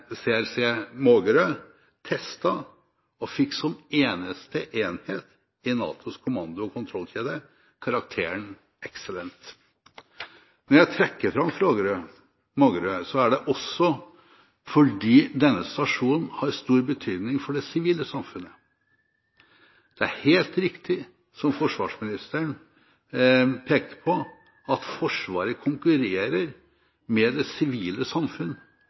CRC Mågerø testet og fikk som eneste enhet i NATOs kommando- og kontrollkjede karakteren excellent. Når jeg trekker fram Mågerø, er det også fordi denne stasjonen har stor betydning for det sivile samfunnet. Det er helt riktig som forsvarsministeren pekte på, at Forsvaret konkurrerer med det sivile samfunn